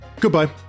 Goodbye